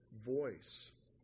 voice